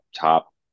top